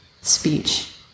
speech